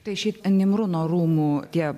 tai šiaip nimruno rūmų tie